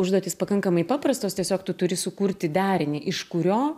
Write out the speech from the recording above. užduotys pakankamai paprastos tiesiog tu turi sukurti derinį iš kurio